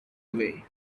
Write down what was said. away